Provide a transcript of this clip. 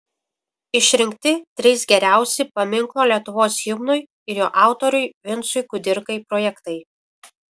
išrinkti trys geriausi paminklo lietuvos himnui ir jo autoriui vincui kudirkai projektai